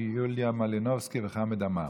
יוליה מלינובסקי וחמד עמאר,